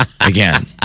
again